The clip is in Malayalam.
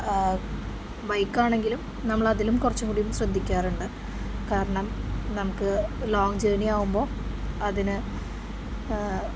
ബൈക്കാണെങ്കിലും നമ്മളതിലും കുറച്ചുംകൂടിയും ശ്രദ്ധിക്കാറുണ്ട് കാരണം നമുക്ക് ലോങ്ങ് ജേണി ആകുമ്പോള് അതിന്